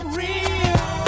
real